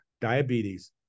diabetes